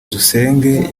dusenge